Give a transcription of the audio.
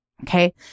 Okay